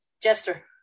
Jester